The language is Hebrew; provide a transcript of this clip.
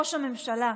ראש הממשלה,